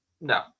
No